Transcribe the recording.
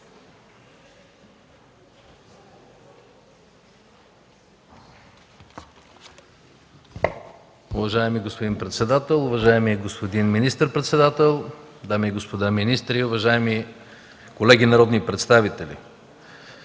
Ви, господин председателю. Уважаеми господин министър-председател, дами и господа министри, уважаеми колеги народни представители!